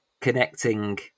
connecting